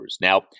Now